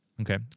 Okay